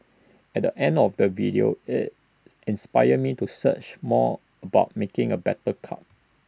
at the end of the video IT inspired me to search more about making A better cup